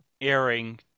airing